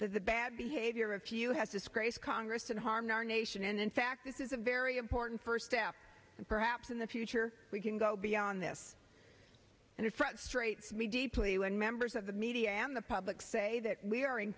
that the bad behavior if you had disgraced congress and harmed our nation and in fact this is a very important first step and perhaps in the future we can go beyond this and it frustrates me deeply when members of the media and the public say that we are in